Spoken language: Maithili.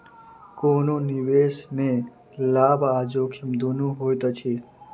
कोनो निवेश में लाभ आ जोखिम दुनू होइत अछि